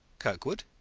kirkwood,